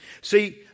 See